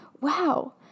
wow